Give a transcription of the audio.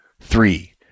Three